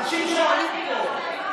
אנשים שואלים פה.